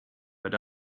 but